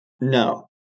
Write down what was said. No